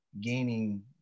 gaining